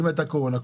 ואם הייתה קורונה,